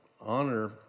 honor